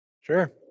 Sure